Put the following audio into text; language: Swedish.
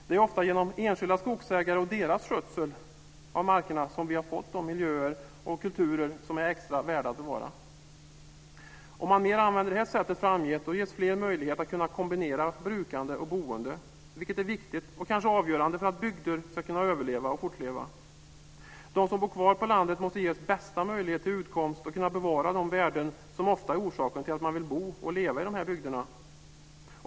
Det är ju ofta genom enskilda skogsägare och deras skötsel av markerna som vi har fått de miljöer och kulturer som är extra värda att bevara. Om man mer använder detta sätt framgent ges fler möjlighet att kombinera brukande och boende, vilket är viktigt och kanske avgörande för att bygder ska kunna överleva och fortleva. De som bor kvar på landet måste ges bästa möjlighet till utkomst och kunna bevara de värden som ofta är orsaken till att man vill bo och leva i dessa bygder.